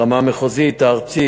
רמה מחוזית, ארצית.